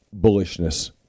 bullishness